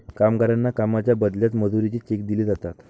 कामगारांना कामाच्या बदल्यात मजुरीचे चेक दिले जातात